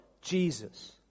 Jesus